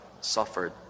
suffered